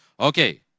Okay